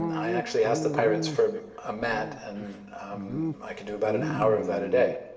i actually asked the pirates for a mat and um i could do about an hour of that a day.